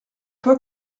fois